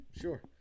sure